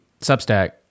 substack